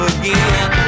again